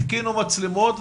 התקינו את המצלמות,